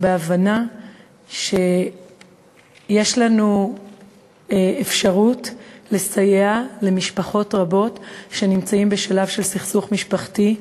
בהבנה שיש לנו אפשרות לסייע למשפחות רבות שנמצאות בשלב של סכסוך משפחתי,